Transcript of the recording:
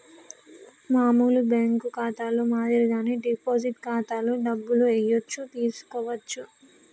మామూలు బ్యేంకు ఖాతాలో మాదిరిగానే డిపాజిట్ ఖాతాలో డబ్బులు ఏయచ్చు తీసుకోవచ్చు